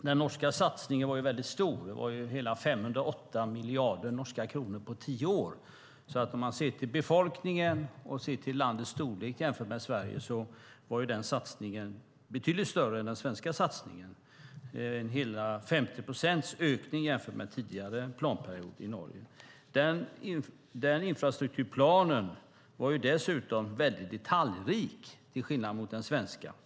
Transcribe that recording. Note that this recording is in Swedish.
Den norska satsningen var ju väldigt stor, hela 508 miljarder norska kronor på tio år. Om man ser till befolkningen och ser till landets storlek jämfört med Sveriges var den satsningen betydligt större än den svenska satsningen, hela 50 procents ökning jämfört med tidigare planperiod i Norge. Infrastrukturplanen var dessutom väldigt detaljrik, till skillnad mot den svenska.